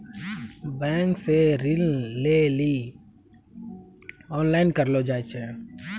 bank से ऋण लै लेली ओनलाइन आवेदन करलो जाय छै